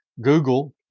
Google